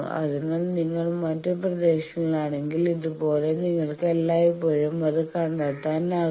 അതിനാൽ നിങ്ങൾ മറ്റ് പ്രദേശങ്ങളിലാണെങ്കിൽ ഇതുപോലെ നിങ്ങൾക്ക് എല്ലായ്പ്പോഴും അത് കണ്ടെത്താനാകും